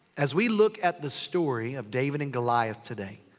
as we look at the story of david and goliath today.